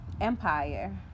empire